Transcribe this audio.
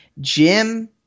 Jim